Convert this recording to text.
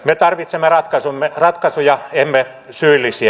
me tarvitsemme ratkaisuja emme syyllisiä